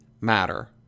matter